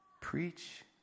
preach